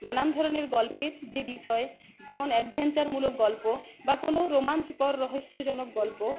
নানান ধরনের গল্পের যে বিষয় যেমন অ্যাডভেঞ্চারমূলক গল্প বা কোনো রোমাঞ্চকর রহস্যজনক গল্প